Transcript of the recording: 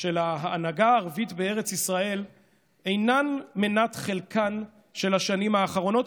של ההנהגה הערבית בארץ ישראל אינן מנת חלקן של השנים האחרונות,